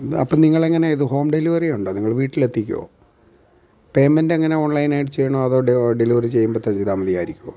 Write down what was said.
അപ്പോള് നിങ്ങൾ എങ്ങനെയാണ് ഇത് ഹോം ഡെലിവറി ഉണ്ടോ നിങ്ങൾ വീട്ടിൽ എത്തിക്കുമോ പെയ്മെൻ്റ് എങ്ങനെയാണ് ഓൺലൈനായിട്ട് ചെയ്യണോ അതോ ഡെ ഡെലിവറി ചെയ്യുമ്പോള് ചെയ്താല് മതിയായിരിക്കുമോ